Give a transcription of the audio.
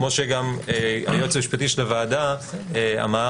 כמו שגם היועץ המשפטי של הוועדה אמר,